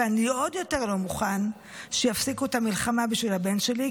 ואני עוד יותר לא מוכן שיפסיקו את המלחמה בשביל הבן שלי,